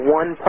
one